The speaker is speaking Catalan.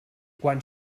quan